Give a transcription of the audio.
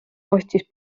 ostis